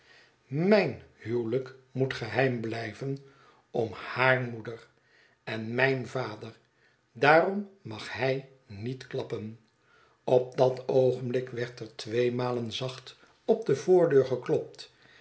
mijn huwelijk moet geheim blijven om haar moeder en mijn vader daarom mag hij niet klappen i in dat oogenblik werd er tweemalen zacht op de voordeur geklopt